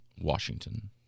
Washington